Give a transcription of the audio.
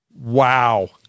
Wow